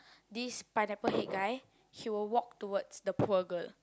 this Pineapple Head guy he will walk towards the poor girl